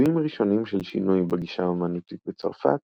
ביטויים ראשונים של שינוי בגישה האמנותית בצרפת